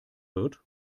wird